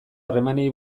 harremanei